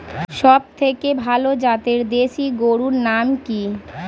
সবথেকে ভালো জাতের দেশি গরুর নাম কি?